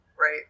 right